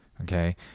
Okay